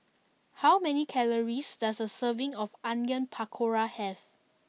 how many calories does a serving of Onion Pakora have